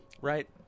Right